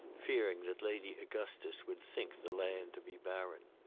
fearing that lady augustus would think the land to be barren.